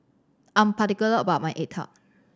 I'm particular about my egg tart